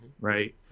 right